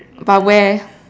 but where